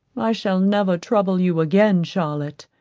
i shall never trouble you again, charlotte.